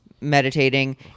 meditating